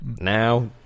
Now